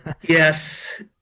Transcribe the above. Yes